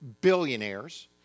billionaires